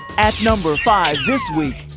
at number five this week,